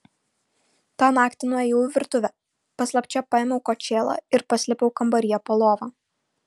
tą naktį nuėjau į virtuvę paslapčia paėmiau kočėlą ir paslėpiau kambaryje po lova